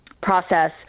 process